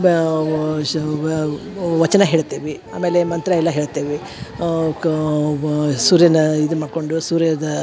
ವ ವಚನ ಹೇಳ್ತೇವಿ ಆಮೇಲೆ ಮಂತ್ರ ಎಲ್ಲ ಹೇಳ್ತೇವಿ ಕ ವ ಸೂರ್ಯನ ಇದು ಮಾಡ್ಕೊಂಡು ಸೂರ್ಯದಾ